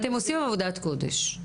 אתם עושים עבודת קודש,